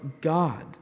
God